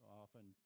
often